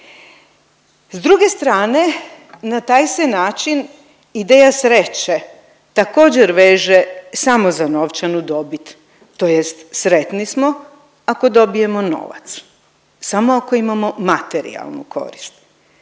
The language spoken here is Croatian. S druge strane na taj se način ideja sreće također veže samo za novčanu dobit tj. sretni smo ako dobijemo novac, samo ako imamo materijalnu korist.